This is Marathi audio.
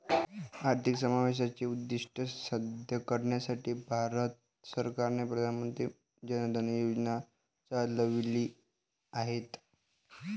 आर्थिक समावेशाचे उद्दीष्ट साध्य करण्यासाठी भारत सरकारने प्रधान मंत्री जन धन योजना चालविली आहेत